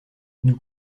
nous